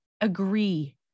agree